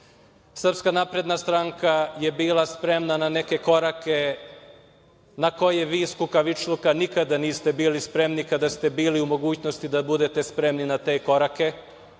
napredna stranka je bila spremna na neke korake na koje vi iz kukavičluka nikada niste bili spremni kada ste bili u mogućnosti da budete spremni na te korake